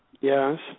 Yes